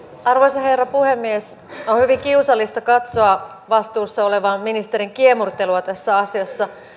arvoisa herra puhemies on hyvin kiusallista katsoa vastuussa olevan ministerin kiemurtelua tässä asiassa